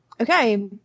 Okay